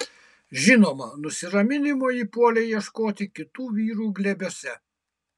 žinoma nusiraminimo ji puolė ieškoti kitų vyrų glėbiuose